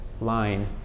line